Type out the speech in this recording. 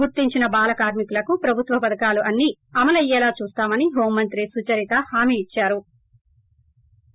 గుర్తించిన బాల కార్మికులకు ప్రభుత్వ పథకాలు అన్నీ అమలయ్యేలా చూస్తామని హోంమంత్రి సుచరిత హామీ ఇచ్చారు